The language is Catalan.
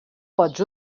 pots